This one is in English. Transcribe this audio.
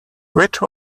which